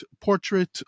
portrait